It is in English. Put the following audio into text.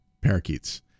parakeets